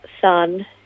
son